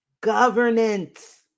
Governance